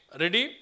ready